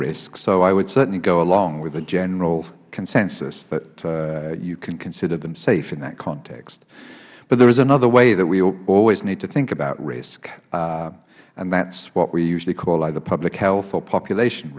risk so i would certainly go along with the general consensus that you can consider them safe in that context but there is another way that we always need to think about risk and that is what we usually call either public health or population